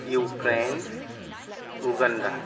Ukraine Uganda